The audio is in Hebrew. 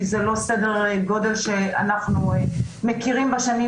כי זה לא סדר גודל שאנחנו מכירים בשנים